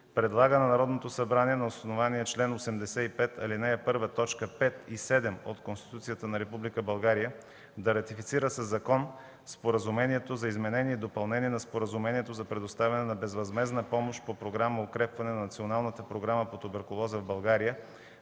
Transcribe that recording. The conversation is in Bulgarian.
Предлага на Народното събрание на основание чл. 85, ал. 1, т. 5 и 7 от Конституцията на Република България да ратифицира със закон Споразумението за изменение и допълнение на Споразумението за предоставяне на безвъзмездна помощ по Програма „Укрепване на националната програма по туберкулоза в България”